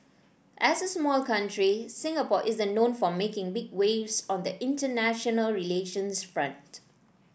as a small country Singapore isn't known for making big waves on the international relations front